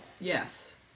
Yes